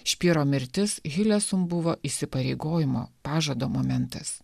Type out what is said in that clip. špyro mirtis hilesum buvo įsipareigojimo pažado momentas